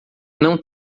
não